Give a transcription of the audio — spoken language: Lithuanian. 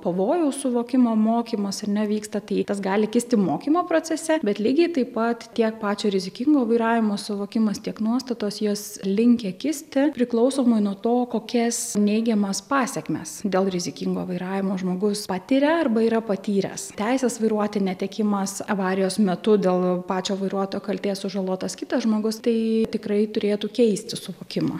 papavojaus suvokimo mokymas ar ne vyksta tai tas gali kisti mokymo procese bet lygiai taip pat tiek pačio rizikingo vairavimo suvokimas tiek nuostatos jos linkę kisti priklausomai nuo to kokias neigiamas pasekmes dėl rizikingo vairavimo žmogus patiria arba yra patyręs teisės vairuoti netekimas avarijos metu dėl pačio vairuotojo kaltės sužalotas kitas žmogus tai tikrai turėtų keisti suvokimą